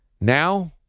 now